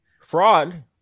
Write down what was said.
Fraud